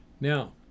Now